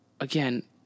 again